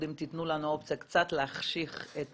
יציג את